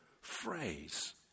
phrase